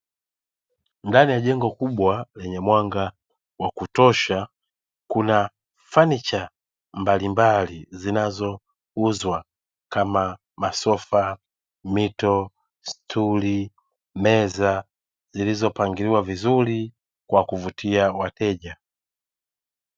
Ndani ya jengo kubwa, lenye mwanga wa kutosha, kuna fanicha mbalimbali, zinazo uzwa kama masofa, mito, sturi, meza, zilizo pangiliwa vizuri kwa kuvutia wateja.